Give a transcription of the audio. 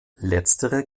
letztere